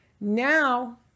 Now